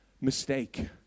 mistake